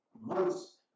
months